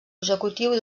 executiu